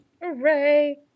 Hooray